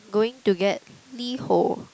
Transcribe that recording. going to get LiHo